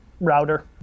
router